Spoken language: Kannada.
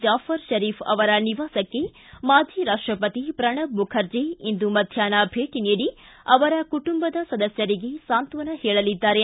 ಜಾಫರ್ ಶರೀಫ್ ಅವರ ನಿವಾಸಕ್ಕೆ ಮಾಜಿ ರಾಷ್ಟಪತಿ ಪ್ರಣಬ್ ಮುಖರ್ಜಿ ಇಂದು ಮಧ್ಯಾಷ್ನ ಭೇಟಿ ನೀಡಿ ಅವರ ಕುಟುಂಬ ಸದಸ್ಯರಿಗೆ ಸಾಂತ್ವನ ಹೇಳಲಿದ್ದಾರೆ